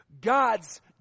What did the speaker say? God's